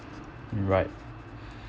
right